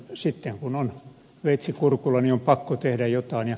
sitten kun on veitsi kurkulla on pakko tehdä jotain